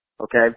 okay